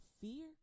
fear